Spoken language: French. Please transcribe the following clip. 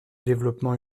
développement